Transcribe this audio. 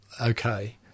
okay